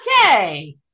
Okay